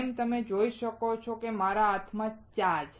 જેમ તમે જોઈ શકો છો મારા હાથમાં ચા છે